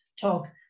Talks